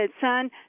son